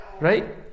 right